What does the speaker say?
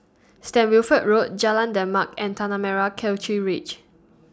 Saint Wilfred Road Jalan Demak and Tanah Merah Kechil Ridge